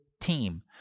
team